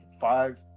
Five